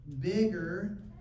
bigger